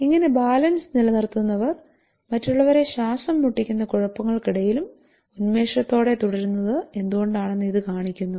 ഇങ്ങനെ ബാലൻസ് നിലനിർത്തുന്നവർ മറ്റുള്ളവരെ ശ്വാസം മുട്ടിക്കുന്ന കുഴപ്പങ്ങൾക്കിടയിലും ഉന്മേഷത്തോടെ തുടരുന്നത് എന്തുകൊണ്ടാണെന്ന് ഇത് കാണിക്കുന്നു